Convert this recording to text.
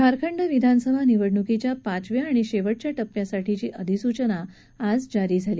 झारखंड विधानसभा निवडणुकीच्या पाचव्या आणि शेवटच्या टप्प्यासाठीची अधिसूचना आज जारी झाली